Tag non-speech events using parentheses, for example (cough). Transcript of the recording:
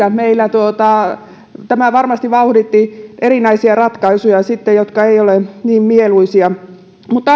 (unintelligible) ja jopa meillä kemissä tämä varmasti vauhditti erinäisiä ratkaisuja jotka eivät ole niin mieluisia mutta (unintelligible)